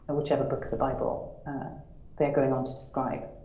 whichever book of the bible they're going on to describe.